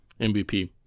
MVP